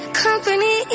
company